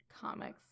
Comics